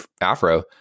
Afro